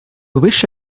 wish